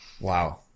Wow